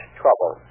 trouble